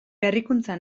berrikuntza